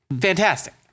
Fantastic